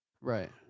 right